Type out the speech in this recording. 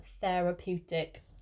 therapeutic